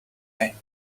thing